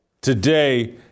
Today